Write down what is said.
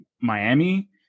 Miami